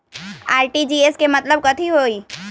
RTGS के मतलब कथी होइ?